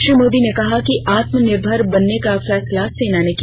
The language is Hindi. श्री मोदी ने कहा कि आत्मनिर्भर बनने का फैसला सेना ने किया